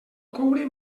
coure